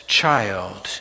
child